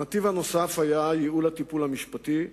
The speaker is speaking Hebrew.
נתיב נוסף היה ייעול הטיפול המשפטי.